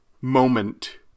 moment